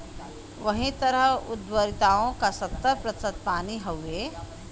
वही तरह द्धरतिओ का सत्तर प्रतिशत पानी हउए